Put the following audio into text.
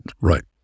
Right